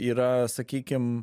yra sakykim